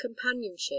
companionship